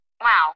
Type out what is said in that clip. Wow